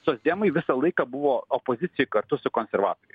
socdemai visą laiką buvo opozicijoj kartu su konservatoriais